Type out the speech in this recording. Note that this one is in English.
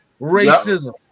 racism